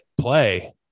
play